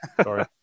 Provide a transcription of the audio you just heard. Sorry